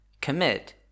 Commit